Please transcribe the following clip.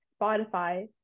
Spotify